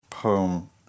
poem